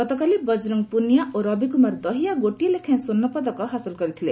ଗତକାଲି ବଜରଙ୍ଗ ପ୍ରନିଆ ଓ ରବିକ୍ରମାର ଦହିଆ ଗୋଟିଏ ଲେଖାଏଁ ସ୍ୱର୍ଷପଦକ ହାସଲ କରିଥିଲେ